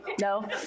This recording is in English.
No